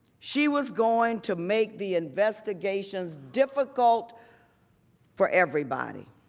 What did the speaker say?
she was going to make the investigations difficult for everybody.